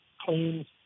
claims